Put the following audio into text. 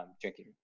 drinking